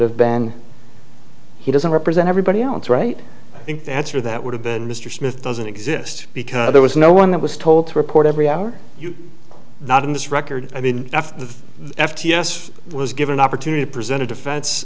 have been he doesn't represent everybody else right i think the answer that would have been mr smith doesn't exist because there was no one that was told to report every hour you not in this record i mean if the f t s was given opportunity to present a defense